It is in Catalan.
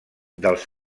dels